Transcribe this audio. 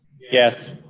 yes.